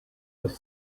was